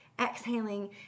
exhaling